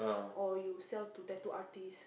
or you sell to tattoo artists